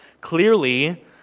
Clearly